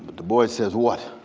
du bois says, what.